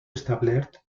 establert